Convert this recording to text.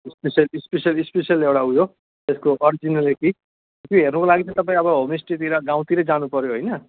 special special special एउटा उयो त्यसको अरिजिनलिटी त्यो हेर्नुको लागि चाहिँ तपाईँ अब होमस्टेतिर गाउँतिरै जानुपऱ्यो होइन